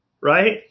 right